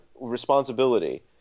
responsibility